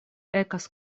ekas